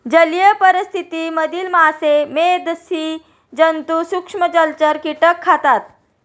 जलीय परिस्थिति मधील मासे, मेध, स्सि जन्तु, सूक्ष्म जलचर, कीटक खातात